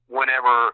whenever